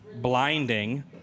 blinding